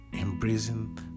embracing